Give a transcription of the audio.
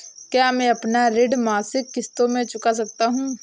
क्या मैं अपना ऋण मासिक किश्तों में चुका सकता हूँ?